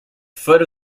foot